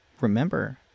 remember